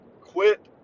quit